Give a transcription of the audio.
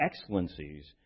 excellencies